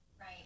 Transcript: Right